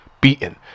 beaten